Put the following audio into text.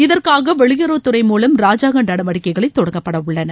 இதற்காக வெளியுறவுத்துறை மூலம் ராஜாங்க நடவடிக்கைகளை தொடக்கப்படவுள்ளன